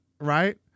right